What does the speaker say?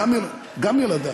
גם ילדי,